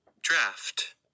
Draft